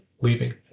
leaving